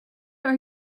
are